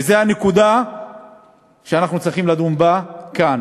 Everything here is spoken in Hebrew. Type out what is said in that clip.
וזו הנקודה שאנחנו צריכים לדון בה כאן.